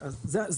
לא,